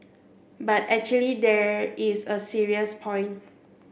but actually there is a serious point